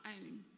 own